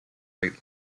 rate